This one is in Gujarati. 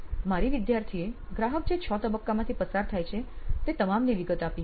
મારી વિદ્યાર્થીએ ગ્રાહક જે 6 તબક્કામાંથી પસાર થાય છે તે તમામની વિગત આપી હતી